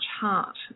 heart